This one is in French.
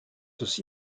aussi